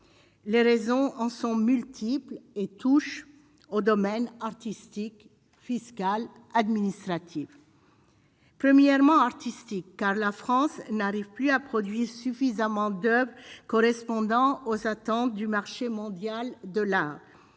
les raisons en sont multiples et touchent au domaine artistique, fiscales, administratives. Premièrement, artistique, car la France n'arrive plus à produire suffisamment de correspondant aux attentes du marché mondial de la